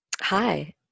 Hi